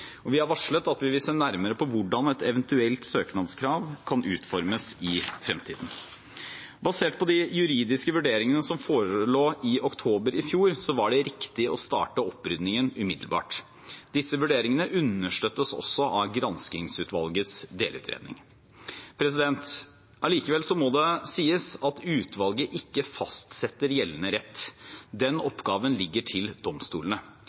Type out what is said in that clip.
Vi har varslet at vi vil se nærmere på hvordan et eventuelt søknadskrav kan utformes i fremtiden. Basert på de juridiske vurderingene som forelå i oktober i fjor, var det riktig å starte oppryddingen umiddelbart. Disse vurderingene understøttes også av granskingsutvalgets delutredning. Allikevel må det sies at utvalget ikke fastsetter gjeldende rett. Den oppgaven ligger til domstolene.